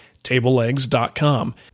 TableLegs.com